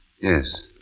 Yes